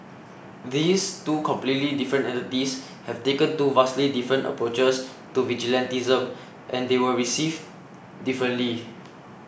these two completely different entities have taken two vastly different approaches to vigilantism and they were received differently